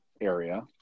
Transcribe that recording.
area